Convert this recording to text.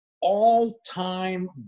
all-time